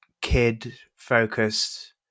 kid-focused